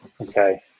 Okay